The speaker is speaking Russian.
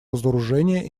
разоружения